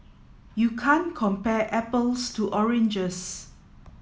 you can't compare apples to oranges